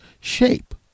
shape